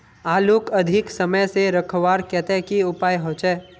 आलूक अधिक समय से रखवार केते की उपाय होचे?